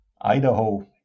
idaho